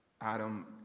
Adam